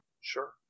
Sure